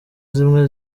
zimwe